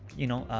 you know,